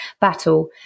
battle